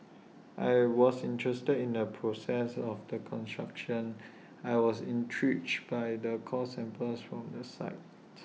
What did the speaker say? I was interested in the process of the construction I was intrigued by the core samples from the site